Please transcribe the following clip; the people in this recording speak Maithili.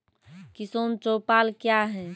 किसान चौपाल क्या हैं?